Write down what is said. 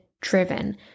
driven